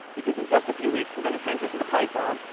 because in just a few weeks, we're going to transition to python.